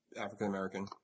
African-American